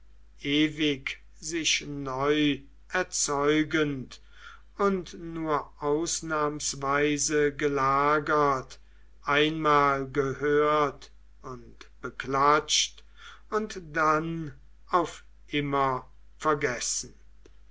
ewig sich neu erzeugend und nur ausnahmsweise gelagert einmal gehört und beklatscht und dann auf immer vergessen